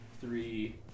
three